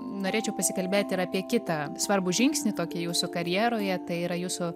norėčiau pasikalbėti ir apie kitą svarbų žingsnį tokį jūsų karjeroje tai yra jūsų